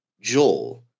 Joel